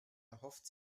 erhofft